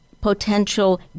potential